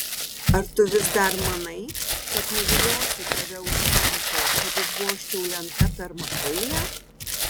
ar tu vis dar manai kad nuviliosiu tave už kampo kad užvožčiau lenta per makaulę